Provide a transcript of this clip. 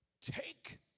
Take